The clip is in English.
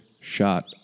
shot